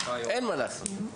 אין מה לעשות.